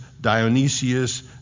Dionysius